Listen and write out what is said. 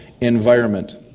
environment